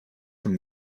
from